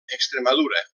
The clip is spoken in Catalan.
extremadura